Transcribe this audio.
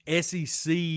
SEC